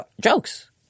Jokes